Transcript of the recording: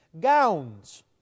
gowns